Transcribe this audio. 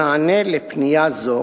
במענה על פנייה זו